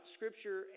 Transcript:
Scripture